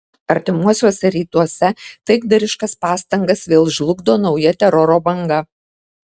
artimuosiuose rytuose taikdariškas pastangas vėl žlugdo nauja teroro banga